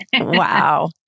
Wow